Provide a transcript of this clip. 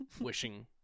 wishing